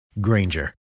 Granger